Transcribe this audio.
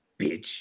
Bitch